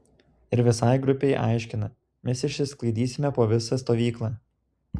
ir visai grupei aiškina mes išsisklaidysime po visą stovyklą